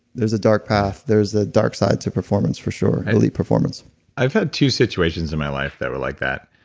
there's a dark path. there's a dark side to performance for sure. elite performance i've had two situations in my life that were like that.